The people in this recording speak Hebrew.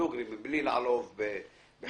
בלי לעלוב בחברתי.